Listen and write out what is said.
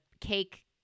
cake